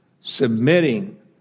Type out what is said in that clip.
submitting